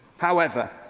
however,